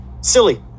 silly